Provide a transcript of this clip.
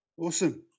Awesome